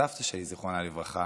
סבתא שלי, זכרה לברכה,